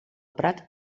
prat